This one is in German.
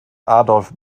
adolf